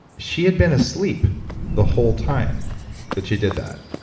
she had been asleep the whole time that she did that.